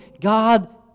God